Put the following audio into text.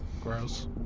Gross